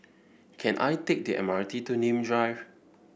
can I take the M R T to Nim Drive